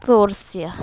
ਸੋਰਸਿਆ